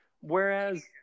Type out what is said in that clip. Whereas